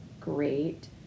great